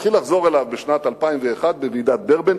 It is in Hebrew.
התחיל לחזור אליו בשנת 2001, בוועידת דרבן,